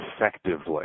effectively